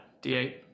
d8